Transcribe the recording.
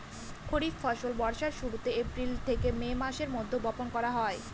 খরিফ ফসল বর্ষার শুরুতে, এপ্রিল থেকে মে মাসের মধ্যে, বপন করা হয়